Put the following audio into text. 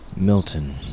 Milton